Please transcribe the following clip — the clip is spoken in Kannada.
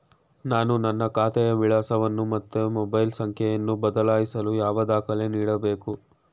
ನಾನು ನನ್ನ ಖಾತೆಯ ವಿಳಾಸವನ್ನು ಮತ್ತು ಮೊಬೈಲ್ ಸಂಖ್ಯೆಯನ್ನು ಬದಲಾಯಿಸಲು ಯಾವ ದಾಖಲೆ ನೀಡಬೇಕು?